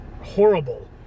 horrible